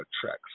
tracks